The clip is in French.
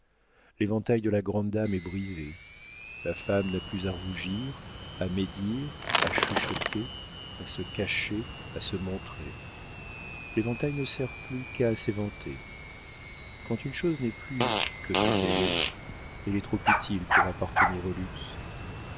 l'éventail de la grande dame est brisé la femme n'a plus à rougir à médire à chuchoter à se cacher à se montrer l'éventail ne sert plus qu'à s'éventer quand une chose n'est plus que ce qu'elle est elle est trop utile pour appartenir au luxe